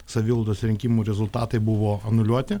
savivaldos rinkimų rezultatai buvo anuliuoti